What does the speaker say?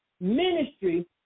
ministry